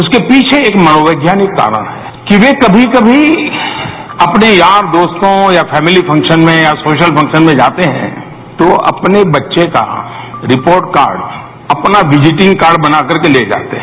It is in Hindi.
उसके पीछे एक मनोपैज्ञानिक कारण है कि वे कभी कभी अपने यार दोस्तों या फैमिली फंक्सन में या सोशल फंक्सन में जाते हैं तो अपने बच्चे का रिपोर्ट कार्ड अपना विजिटिंग कार्ड बनाकरके ले जाते हैं